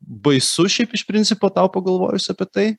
baisu šiaip iš principo tau pagalvojus apie tai